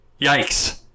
yikes